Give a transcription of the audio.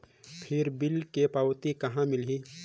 फिर बिल के पावती कहा मिलही?